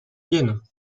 vienne